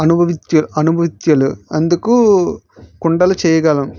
అనుభవజ్ఞ అనుభజ్ఞులు అందుకు కుండలు చేయగలం